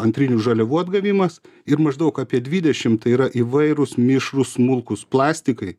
antrinių žaliavų atgavimas ir maždaug apie dvidešimt tai yra įvairūs mišrūs smulkūs plastikai